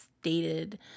stated